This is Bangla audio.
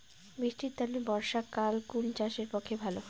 বৃষ্টির তানে বর্ষাকাল কুন চাষের পক্ষে ভালো?